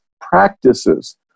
practices